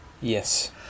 Yes